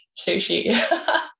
sushi